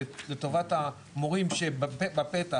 לטובת המורים שבפתח,